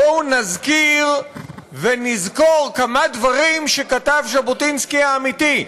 בואו נזכיר ונזכור כמה דברים שכתב ז'בוטינסקי האמיתי.